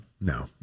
No